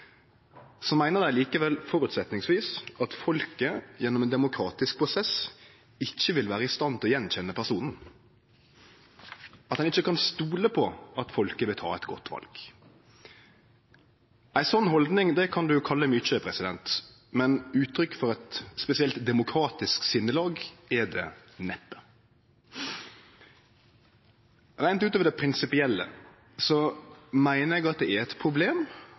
likevel at folket gjennom ein demokratisk prosess ikkje vil vere i stand til å kjenne att personen, at ein ikkje kan stole på at folket vil ta eit godt val. Ei slik haldning kan ein kalle mykje, men uttrykk for eit spesielt demokratisk sinnelag er det neppe. Reint utover det prinsipielle meiner eg at det er eit problem